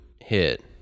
hit